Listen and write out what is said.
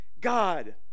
God